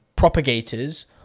propagators